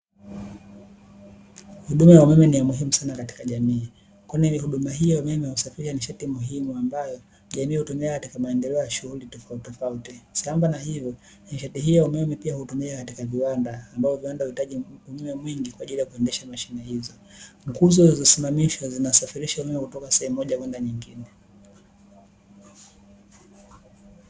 Huduma ya umeme ni muhimu katika jamii kwani huduma hii husafirisha nishati muhimu ambayo jamii hutumia katika maendeleo ya shughuli tofauti tofauti, sambamba na hivyo nishati hii ya umeme pia hutumika katika viwanda ambavyo huitaji umeme mwingi kwajili ya kuendesha mashine hizo, nguzo zilizo simamishwa zinasafirisha umeme kutoka sehemu moja kwenda nyingine.